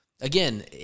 again